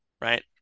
right